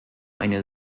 eine